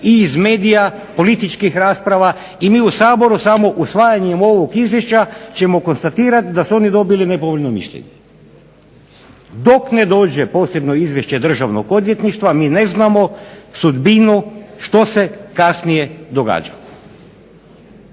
iz medija političkih rasprava i mi u Saboru samo usvajanjem ovog Izvješća ćemo konstatirati da su oni dobili nepovoljno mišljenje, dok ne dođe posebno izvješće Državnog odvjetništva mi ne znam o sudbinu što se kasnije događalo.